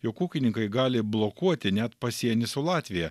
jog ūkininkai gali blokuoti net pasienį su latvija